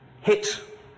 hit